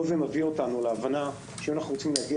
כל זה מביא אותנו להבנה שאם אנחנו רוצים להגיע